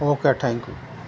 okay thank you